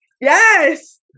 Yes